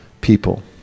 people